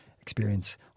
experience